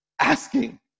asking